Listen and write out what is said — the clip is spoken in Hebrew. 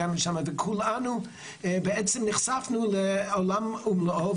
כולנו נחשפנו לעולם ומלואו,